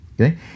Okay